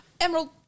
Emerald